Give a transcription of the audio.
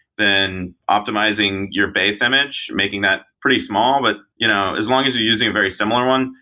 then optimizing your base image, making that pretty small, but you know as long as you're using a very similar one,